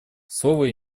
слово